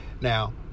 Now